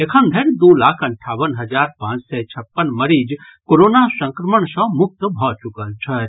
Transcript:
एखन धरि दू लाख अंठावन हजार पांच सय छप्पन मरीज कोरोना संक्रमण सँ मुक्त भऽ चुकल छथि